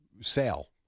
Sale